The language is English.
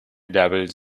doubles